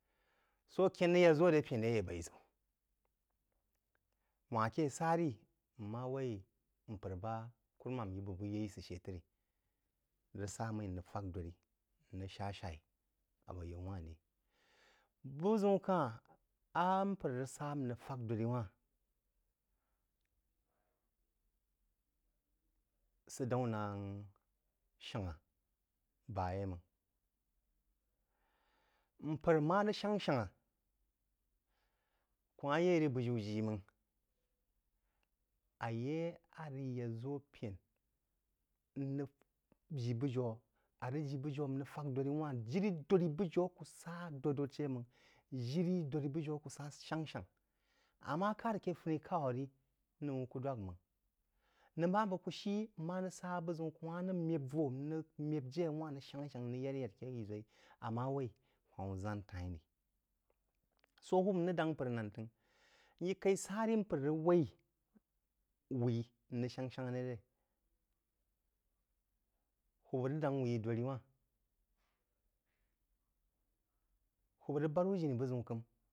Sō kēn rəg ya ʒō a ré pən ré yeí baí ʒəu – wām ke sa rí n má wai mpər ba á kurumān yí bəg yé asə shə trí, rəg sá mmí n rəg fak dōdrí, n rəg sha-sha-í abō yaú wanh rí. Bəgʒəun ka-hn á mpər rəg sa n rəg fak dōd rí wanh kùrúmām sə daún nān̍ shànghá ba yeuí máng. Mpər ma rəg shang – shanghá, kú ma ye ré bú-jiú jī máng-ayí ayé a rəg yá ʒō pənā, n rəg jī bujiú, a rəg jī bujiú n rəg fak dōd rí wānh jiri dōd ri bujiú akú sá dōd-dōd wānh jiri dōd ri bujia akú sá dōd, dōd shə mangh, jiri dōd jri bujiú akú sá shang-shangha. Amā kād aké funi- k’au rí, nī u kú dwak màng. N’əgh ma bəg kú shí kú ma rəg sá bəgʒəu, ku ma bəg ku̍ shí kú ma rəg sá bəgʒəu, ku ma rəg məb vō, n rəg məb é a wān rəg shangh-shangha, n rəg yəd yəd aké yiri-ʒǒí, amma waí hwain-wu ʒān t’aín-rí. Sō hūwūb n rəg dang mpər náng t’əngh n yí kaí sa rí mpər rəg wai wúí n rəg shang-shanghá rē rē? Hūwūb rəg dáng wú yí dōdrí wanh, hūwǔb rəg bād wú jiní bəg-ʒəu k’əm.